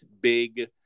big